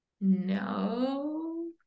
no